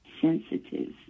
sensitive